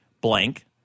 blank